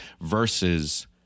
versus